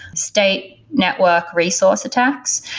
state network resource attacks.